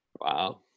Wow